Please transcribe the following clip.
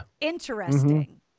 interesting